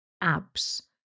abs